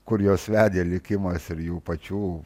kur jos vedė likimas ir jų pačių